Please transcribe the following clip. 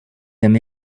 them